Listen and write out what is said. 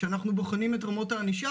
כשאנחנו בוחנים את רמות הענישה,